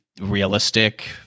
realistic